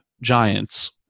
giants